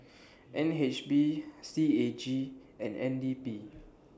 N H B C A G and N D P